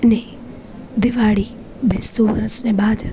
ને દિવાળી બેસતું વરસને બાદ